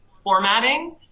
formatting